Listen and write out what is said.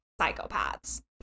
psychopaths